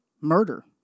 murder